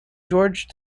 george